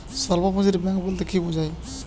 স্বল্প পুঁজির ব্যাঙ্ক বলতে কি বোঝায়?